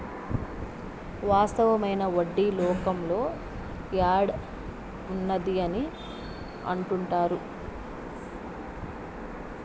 వాస్తవమైన వడ్డీ లోకంలో యాడ్ ఉన్నది అని అంటుంటారు